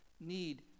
need